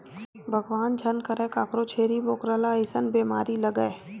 भगवान झन करय कखरो छेरी बोकरा ल अइसन बेमारी लगय